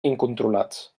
incontrolats